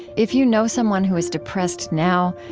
if you know someone who is depressed now,